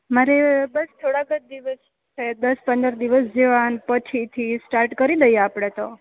મારે બસ થોડાક જ દિવસ છે દસ પંદર દિવસ જેવા અને પછીથી સ્ટાર્ટ કરી દઈએ આપણે તો